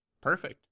Perfect